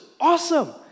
awesome